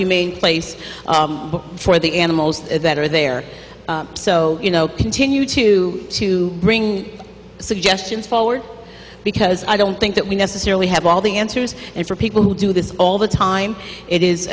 humane place for the animals that are there so you know continue to to bring suggestions forward because i don't think that we necessarily have all the answers and for people who do this all the time it